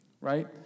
right